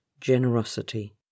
generosity